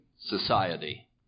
Society